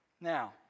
Now